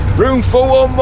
room for one